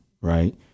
right